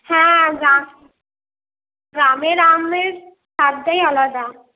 হ্যাঁ গ্রাম গ্রামের আমের স্বাদটাই আলাদা